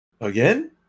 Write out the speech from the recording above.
Again